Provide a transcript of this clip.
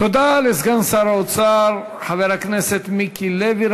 תודה לסגן שר האוצר חבר הכנסת מיקי לוי.